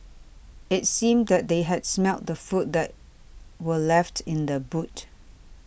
it seemed that they had smelt the food that were left in the boot